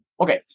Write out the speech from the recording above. Okay